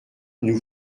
nous